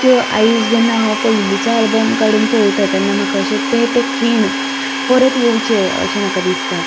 त्यो आयज जेन्ना हांव पयलींचो आल्बम काडून पळयता तेन्ना म्हाका अशें ते ते खीण परत येवचे अशें म्हाका दिसता